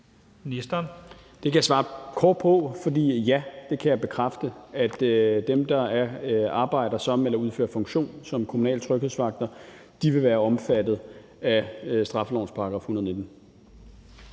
Det kan jeg svare kort på. For ja, det kan jeg bekræfte: Dem, der arbejder som eller udfører funktion som kommunale tryghedsvagter, vil være omfattet af straffelovens § 119.